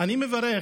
אני מברך